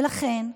ולכן,